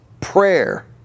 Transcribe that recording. prayer